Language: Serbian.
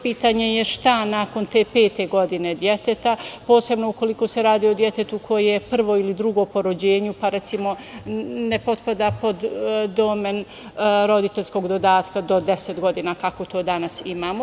Pitanje je šta nakon te pete godine deteta, posebno ukoliko se radi o detetu koje je prvo ili drugo po rođenju, pa recimo ne potpada pod domen roditeljskog dodatka do 10 godina kako to danas imamo.